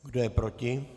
Kdo je proti?